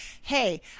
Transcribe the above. hey